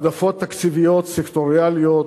העדפות תקציביות סקטוריאליות,